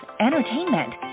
entertainment